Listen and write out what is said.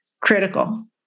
critical